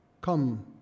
Come